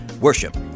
worship